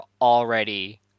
already